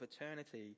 eternity